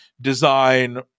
design